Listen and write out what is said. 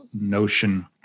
notion